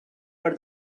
for